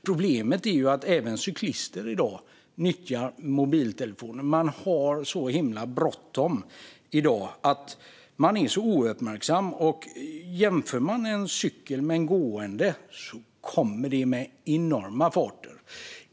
Problemet är att även cyklister nyttjar mobiltelefonen i dag. Man har så himla bråttom att man är ouppmärksam, och jämfört med en gående kommer en cykel i enorma farter.